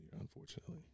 unfortunately